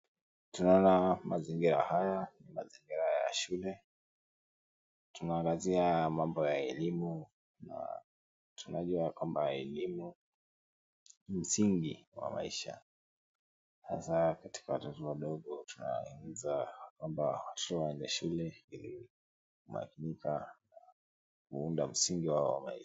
Tunaona mazingira haya ni amzingira ya shule, tunaangazia mambo ya elimu na tunajua ya kwamba elimu ni msingi wa maisha hasa katika watoto wadogo tunawahimiza kwamba watoto waende shule ili kumakinika na kuunda msingi wao wa maisha.